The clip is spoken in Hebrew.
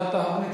סעיפים 1 2